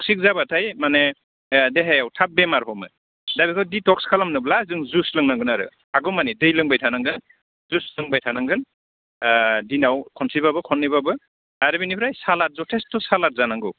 toxic जाबाथाय माने देहायाव थाब बेमार हमो दा बेखौ डिटक्स खालामनोब्ला जों जुस लोंनांगोन आरो हागौमानि दै लोंबाय थानांगोन जुस लोंबाय थानांगोन दिनाव खनसेबाबो खननैबाबो आरो बेनिफ्राय सालाद जथेस्त' सालाद जानांगौ